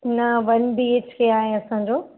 न one B H K आहे असांजो